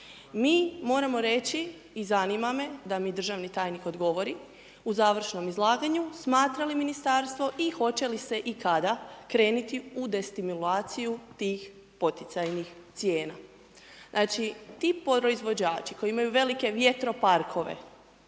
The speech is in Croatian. mi moramo reći i zanima me da mi državni tajnik odgovori u završnom izlaganju, smatra li ministarstvo i hoće li se i kada krenuti u destimulaciju tih poticajnih cijena? Znači ti proizvođači koji imaju velike vjetroparkove,